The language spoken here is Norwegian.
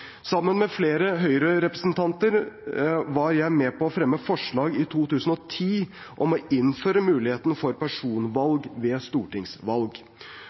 Sammen med flere Høyre-representanter var jeg med på å fremme forslag i 2010 om å innføre mulighet for personvalg ved stortingsvalg.